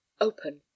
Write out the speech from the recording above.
Open